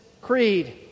creed